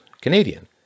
Canadian